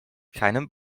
keinen